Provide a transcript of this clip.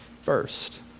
first